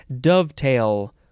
dovetail